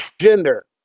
gender